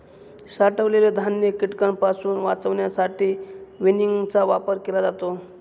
साठवलेले धान्य कीटकांपासून वाचवण्यासाठी विनिंगचा वापर केला जातो